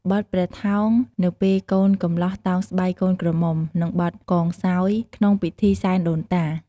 បទព្រះថោង នៅពេលកូនកំលោះតោងស្បៃកូនក្រមំុ និងបទកងសោយ ក្នុងពិធីសែនដូនតា។